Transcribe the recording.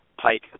pike